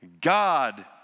God